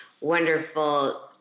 wonderful